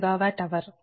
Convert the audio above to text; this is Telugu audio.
3637 RsMWhr